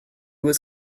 was